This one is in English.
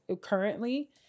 currently